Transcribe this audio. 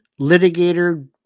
litigator